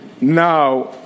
Now